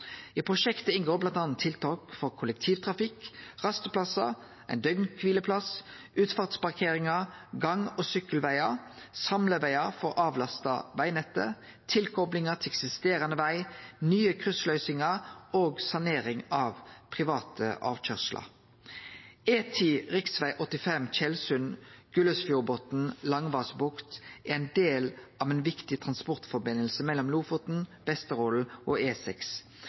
I prosjektet inngår bl.a. tiltak for kollektivtrafikk, rasteplassar, ein døgnkvileplass, utfartsparkeringar, gang- og sykkelvegar, samlevegar for å avlaste vegnettet, tilkoplingar til eksisterande veg, nye kryssløysingar og sanering av private avkøyrslar. E10/rv. 85 Tjeldsund–Gullesfjordbotn–Langvassbukt er ein del av eit viktig transportsamband mellom Lofoten, Vesterålen og